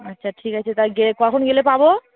আচ্ছা ঠিক আছে তা গেলে কখন গেলে পাবো